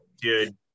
Dude